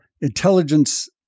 intelligence